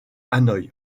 hanoï